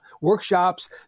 workshops